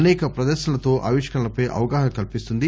అనేక ప్రదర్తనలతో ఆవిష్కరణలపై అవగాహన కల్పిస్తుంది